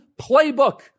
playbook